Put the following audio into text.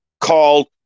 called